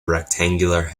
rectangular